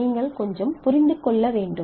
இதை நீங்கள் கொஞ்சம் புரிந்து கொள்ள வேண்டும்